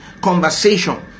conversation